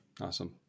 Awesome